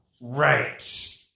right